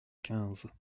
quinze